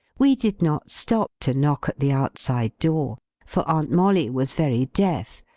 we did not stop to knock at the outside door for aunt molly was very deaf,